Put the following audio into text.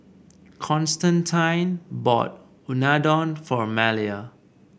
Constantine bought Unadon for Malia